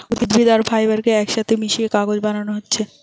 উদ্ভিদ আর ফাইবার কে একসাথে মিশিয়ে কাগজ বানানা হচ্ছে